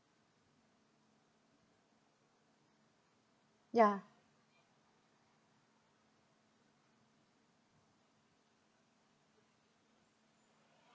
ya